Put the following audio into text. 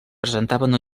presentaven